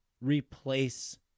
replace